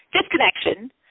disconnection